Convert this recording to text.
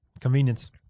Convenience